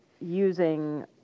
using